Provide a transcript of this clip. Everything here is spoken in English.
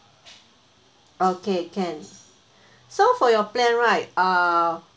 okay can so for your plan right uh